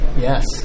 yes